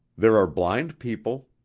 there are blind people.